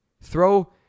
Throw